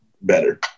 better